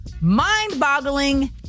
mind-boggling